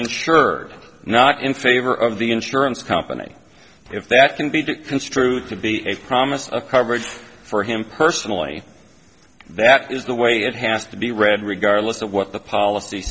insured not in favor of the insurance company if that can be done construed to be a promise of coverage for him personally that is the way it has to be read regardless of what the policy